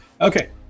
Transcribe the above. okay